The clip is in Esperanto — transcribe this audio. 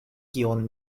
kion